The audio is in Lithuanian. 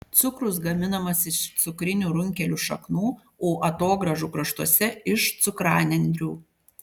cukrus gaminamas iš cukrinių runkelių šaknų o atogrąžų kraštuose iš cukranendrių